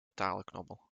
talenknobbel